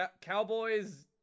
Cowboys